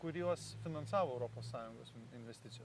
kuriuos finansavo europos sąjungos in investicijos